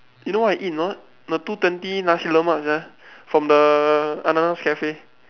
you know what I eat or not the two twenty nasi-lemak sia from the Ananas cafe